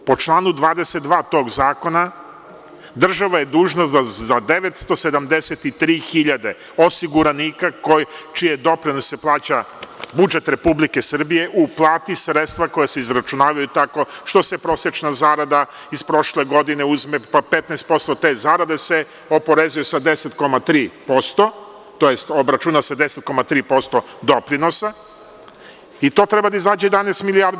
Po članu 22. tog zakona država je dužna za 973 hiljade osiguranika, čije doprinose plaća budžet Republike Srbije, da uplati sredstva koja se izračunavaju tako da se prosečna zarada iz prošle godine uzme, pa 15% te zarade se oporezuje sa 10,3%, tj. obračuna se 10,3% doprinosa, i to treba da izađe 11 milijardi.